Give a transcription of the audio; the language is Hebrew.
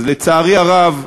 אז לצערי הרב,